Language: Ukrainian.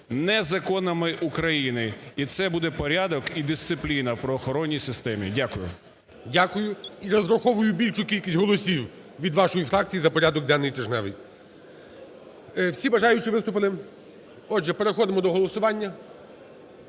не законами України. І це буде порядок і дисципліна в правоохоронній системі. Дякую. ГОЛОВУЮЧИЙ. Дякую. І розраховую на більшу кількість голосів від вашої фракції за порядок денний тижневий. Всі бажаючі виступили? Отже, переходимо до голосування.